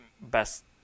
best